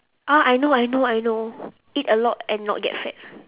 ah I know I know I know eat a lot and not get fat